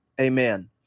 Amen